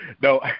No